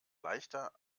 leichter